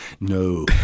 No